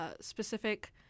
specific –